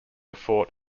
fort